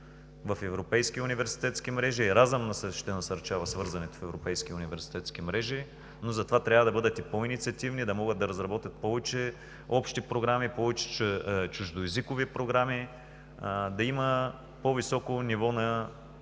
в европейски университетски мрежи. „Еразъм“ ще насърчава свързването в европейски университетски мрежи, но за това трябва да бъдат и по-инициативни, да могат да разработят повече общи програми, повече чуждоезикови програми, да има по-високо ниво,